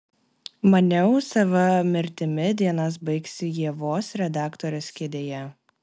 maniau sava mirtimi dienas baigsiu ievos redaktorės kėdėje